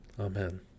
Amen